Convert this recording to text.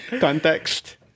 context